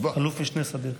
אלוף משנה סדיר.